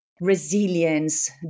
resilience